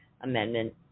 Amendment